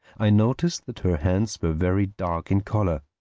i noticed that her hands were very dark in color,